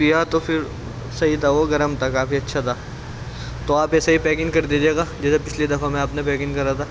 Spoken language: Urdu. پیا تو پھر صحیح تھا وہ گرم تھا کافی اچھا تھا تو آپ ایسے ہی پیکن کر دیجیے گا جیسے پچھلی دفعہ میں آپ نے پیکن کرا تھا